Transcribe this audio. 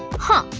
huh.